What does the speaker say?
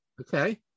Okay